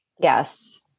Yes